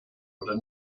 oder